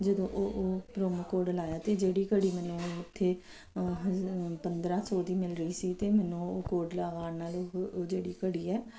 ਜਦੋਂ ਉਹ ਉਹ ਪ੍ਰੋਮੋ ਕੋਡ ਲਾਇਆ ਤਾਂ ਜਿਹੜੀ ਘੜੀ ਮੈਨੂੰ ਉੱਥੇ ਪੰਦਰ੍ਹਾਂ ਸੌ ਦੀ ਮਿਲ ਰਹੀ ਸੀ ਤਾਂ ਮੈਨੂੰ ਉਹ ਕੋਡ ਲਗਾਉਣ ਨਾਲ ਜਿਹੜੀ ਘੜੀ ਹੈ